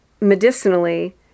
medicinally